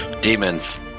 demons